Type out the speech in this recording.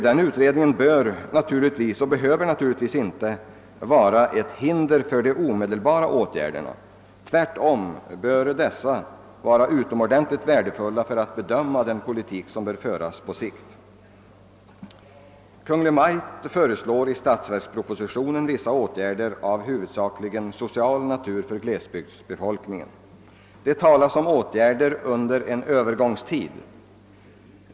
Men den behöver inte vara och bör inte vara ett hinder för att vidta omedelbara åtgärder. Tvärtom bör sådana åtgärder vara utomordentligt värdefulla för att bedöma den politik som bör föras på sikt. Jag hänvisar till den mycket nyttiga försöksverksamhet som bedrevs samtidigt med arbetsmarknadsutredningen. I statsverkspropositionen = föreslår Kungl. Maj:t vissa åtgärder av huvudsakligen social natur för glesbygdsbefolkningen. Bland annat talas det där om åtgärder under en Öövergångstid.